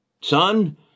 son